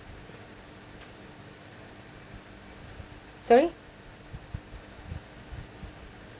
sorry